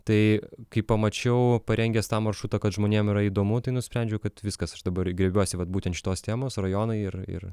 tai kai pamačiau parengęs tą maršrutą kad žmonėm yra įdomu tai nusprendžiau kad viskas aš dabar griebiuosi vat būtent šitos temos rajonai ir ir